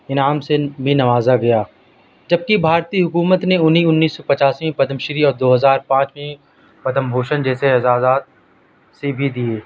انعام سے بھی نوازا گیا جب کہ بھارتی حکومت نے انہیں انیس سو پچاسی میں پدم شری اور دو ہزار پانچ میں پدم بھوشن جیسے اعزازات سے بھی دیے